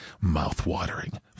Mouth-watering